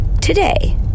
today